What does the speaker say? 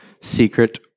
secret